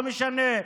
לא משנה,